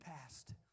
past